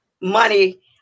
money